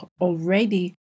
already